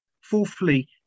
Fourthly